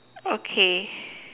okay